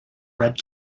red